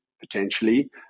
potentially